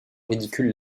ridicule